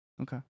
Okay